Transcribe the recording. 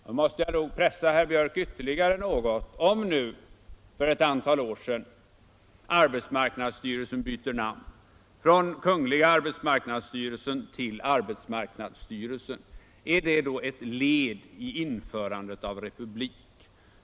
Jag måste nog då pressa herr Björck ytterligare något. När arbetsmarknadsstyrelsen för ett antal år sedan bytte namn från Kungliga arbetsmarknadsstyrelsen till arbetsmarknadsstyrelsen, var det då ett led i införandet av republik?